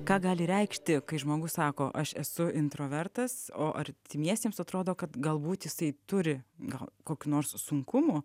ką gali reikšti kai žmogus sako aš esu introvertas o artimiesiems atrodo kad galbūt jisai turi gal kokių nors sunkumų